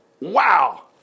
Wow